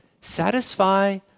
satisfy